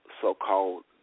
so-called